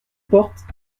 portent